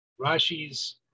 Rashi's